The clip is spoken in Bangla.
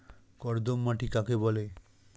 কর্দম মাটি কাকে বলে?